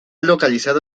localizado